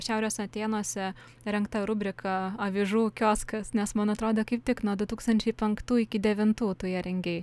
šiaurės atėnuose rengta rubrika avižų kioskas nes man atrodė kaip tik nuo du tūkstančiai penktų iki devintų tu ją rengei